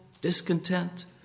discontent